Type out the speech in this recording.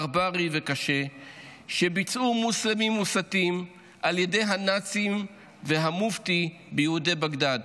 ברברי וקשה שביצעו מוסלמים מוסתים על ידי הנאצים והמופתי ביהודי בגדאד